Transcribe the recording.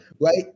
Right